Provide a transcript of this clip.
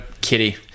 Kitty